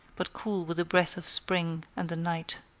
but cool with the breath of spring and the night.